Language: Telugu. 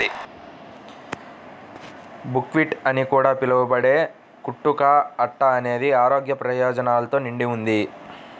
బుక్వీట్ అని కూడా పిలవబడే కుట్టు కా అట్ట అనేది ఆరోగ్య ప్రయోజనాలతో నిండి ఉంది